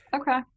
Okay